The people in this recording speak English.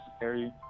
Harry